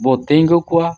ᱵᱚ ᱛᱤᱸᱜᱩ ᱠᱚᱣᱟ